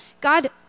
God